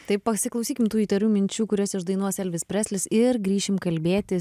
taip pasiklausykim tų įtarių minčių kurias išdainuos elvis preslis ir grįšim kalbėtis